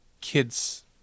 kids-